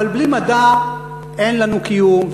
אבל בלי מדע אין לנו קיום,